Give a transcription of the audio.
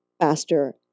faster